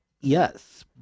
yes